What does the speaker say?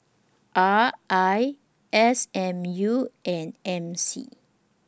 R I S M U and M C